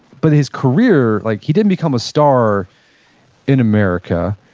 but his career, like he didn't become a star in america.